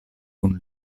kun